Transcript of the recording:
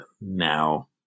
now